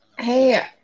Hey